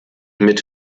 mit